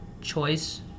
choice